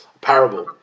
parable